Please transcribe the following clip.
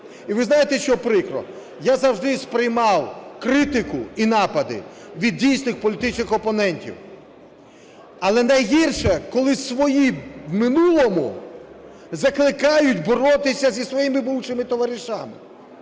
І ви знаєте, що прикро, я завжди сприймав критику і напади від дійсних політичних опонентів. Але найгірше, коли свої в минулому закликають боротись зі своїми бувшими товаришами.